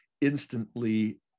instantly